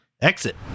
exit